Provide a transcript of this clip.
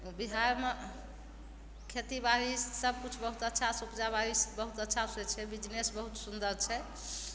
बिहारमे खेतीबाड़ी सब किछु बहुत अच्छासँ उपजा बाड़ी बहुत अच्छासँ छै बिजनेस बहुत सुन्दर छै